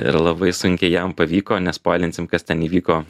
ir labai sunkiai jam pavyko nespoilinsim kas ten įvyko